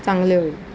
चांगले होईल